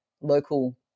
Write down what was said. local